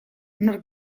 nork